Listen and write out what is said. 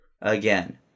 again